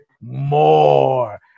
more